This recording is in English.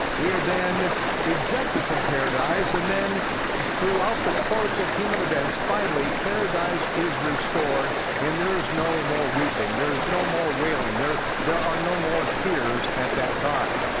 we are then ejected from paradise, and then throughout the course of human events, finally paradise is restored and there is no more weeping, there's no more wailing, there there are no more tears at that time.